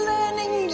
Learning